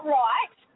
right